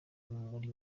muri